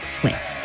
twit